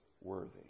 worthy